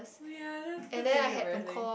ya that's that's really embarrassing